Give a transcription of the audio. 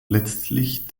letztlich